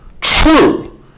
true